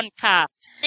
cast